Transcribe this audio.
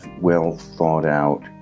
well-thought-out